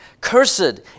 cursed